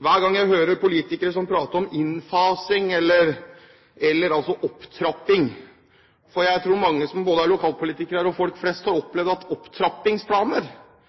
hver gang jeg hører politikere som prater om innfasing eller opptrapping. Jeg tror mange, både lokalpolitikere og folk flest, har opplevd at opptrappingsplaner